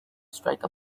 strike